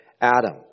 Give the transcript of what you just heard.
Adam